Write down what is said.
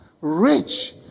Rich